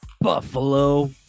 Buffalo